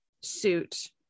suit